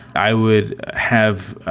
i would have ah